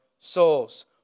souls